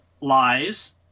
lies